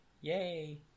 Yay